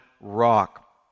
rock